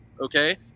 okay